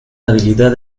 habilidad